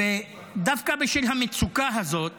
ודווקא בשל המצוקה הזאת